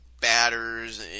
batters